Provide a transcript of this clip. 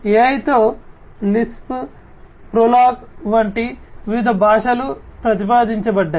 AI తో Lisp PROLOG వంటి వివిధ భాషలు ప్రతిపాదించబడ్డాయి